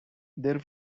their